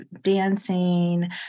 dancing